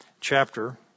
chapter